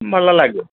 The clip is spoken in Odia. ଭଲ ଲାଗେ